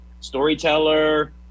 storyteller